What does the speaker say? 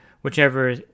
whichever